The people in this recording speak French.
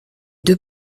deux